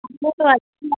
हमने तो अच्छी